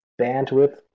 bandwidth